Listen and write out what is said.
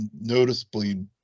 noticeably